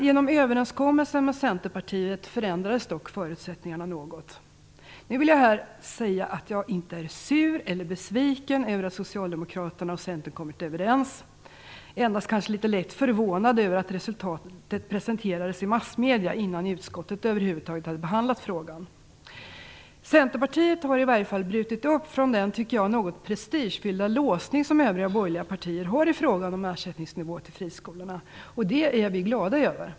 Genom överenskommelsen med Centerpartiet förändrades dock förutsättningarna något. Jag vill säga att jag inte är sur, eller besviken över att Socialdemokraterna och Centern kommit överens, endast kanske litet lätt förvånad över att resultatet presenterades i massmedia innan utskottet över huvud taget hade behandlat frågan. Centerpartiet har brutit upp från den något prestigefyllda låsning som övriga borgerliga partier har i frågan om ersättningsnivå till friskolorna. Det är vi glada över.